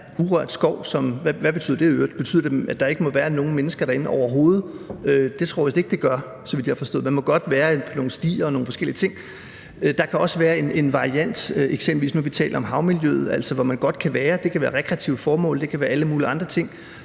Betyder det, at der ikke må være nogen mennesker derinde overhovedet? Det tror jeg vist ikke det gør, så vidt jeg forstod. Der må godt være nogle stier og nogle forskellige ting. Der kan også være en variant. Nu har vi eksempelvis talt om havmiljøet, hvor man godt kan være, det kan være i forhold til rekreative formål, det kan være alle mulige andre ting,